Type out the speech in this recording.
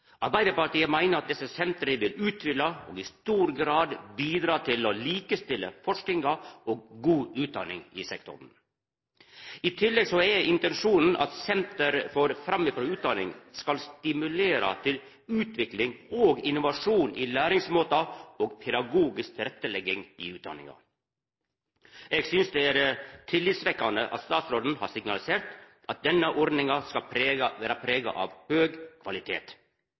Arbeidarpartiet meiner at desse sentra vil utfylla og i stor grad bidra til å likestilla forskinga og god utdanning i sektoren. I tillegg er intensjonen at senter for framifrå utdanning skal stimulera til utvikling og innovasjon i læringsmåtar og pedagogisk tilrettelegging i utdanninga. Eg synest det er tillitsvekkjande at statsråden har signalisert at denne ordninga skal vera prega av høg kvalitet.